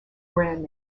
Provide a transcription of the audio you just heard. brand